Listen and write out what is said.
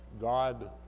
God